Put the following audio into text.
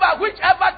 whichever